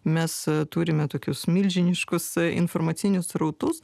mes turime tokius milžiniškus informacinius srautus